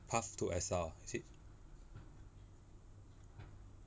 path to exile ah is it